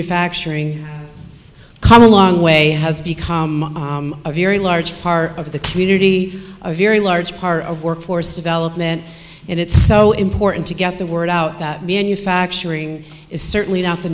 your facts come a long way has become a very large part of the community a very large part of workforce development and it's so important to get the word out that manufacturing is certainly not the